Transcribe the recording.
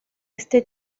este